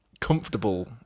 comfortable